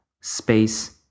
space